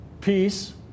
Peace